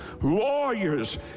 lawyers